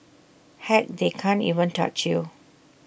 heck they can't even touch you